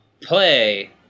Play